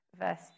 verse